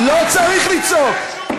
לא צריך לצעוק.